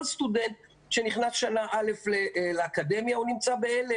כל סטודנט ‏שנכנס בשנה א' לאקדמיה נמצא בהלם,